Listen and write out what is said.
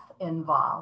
involved